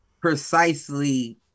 precisely